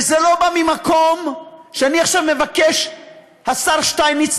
וזה לא בא ממקום שאני עכשיו מבקש להתריס,